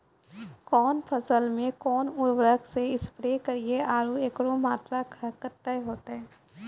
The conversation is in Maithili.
कौन फसल मे कोन उर्वरक से स्प्रे करिये आरु एकरो मात्रा कत्ते होते?